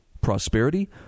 prosperity